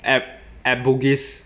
at at bugis